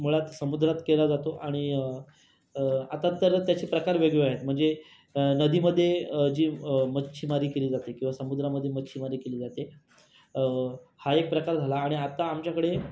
मुळात समुद्रात केला जातो आणि आता तर त्याचे प्रकार वेगवेगळे आहेत म्हणजे नदीमध्ये जी मच्छीमारी केली जाते किंवा समुद्रामध्ये मच्छीमारी केली जाते हा एक प्रकार झाला आणि आता आमच्याकडे